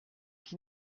qui